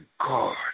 God